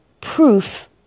proof